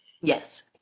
Yes